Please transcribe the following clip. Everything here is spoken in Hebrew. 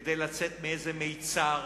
כדי לצאת מאיזה מצר,